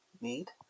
need